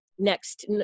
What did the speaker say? next